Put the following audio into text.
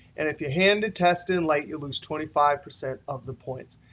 and if you hand a test in late, you'll lose twenty five percent of the points.